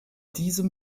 diesem